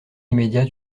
immédiat